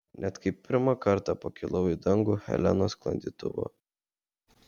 net kai pirmą kartą pakilau į dangų helenos sklandytuvu